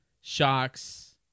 shocks